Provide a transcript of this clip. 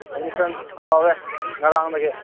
admission ꯇꯧꯔꯦ ꯉꯔꯥꯡꯗꯒꯤ